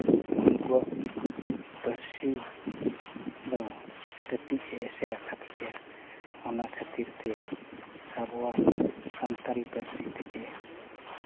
ᱵᱮᱝᱜᱚᱞ ᱯᱟᱹᱨᱥᱤ ᱫᱚ ᱠᱟᱹᱴᱤᱡ ᱮ ᱮᱥᱮᱨ ᱟᱠᱟᱫ ᱜᱮᱭᱟ ᱚᱱᱟ ᱠᱷᱟᱹᱛᱤᱨ ᱛᱮ ᱟᱵᱚᱣᱟᱜ ᱥᱟᱱᱛᱟᱲᱤ ᱯᱟᱹᱨᱥᱤ ᱛᱮᱜᱮ